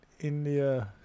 India